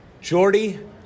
Jordy